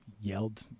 yelled